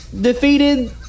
defeated